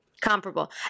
Comparable